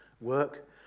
work